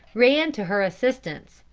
ran to her assistance,